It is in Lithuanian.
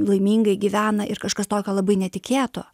laimingai gyvena ir kažkas tokio labai netikėto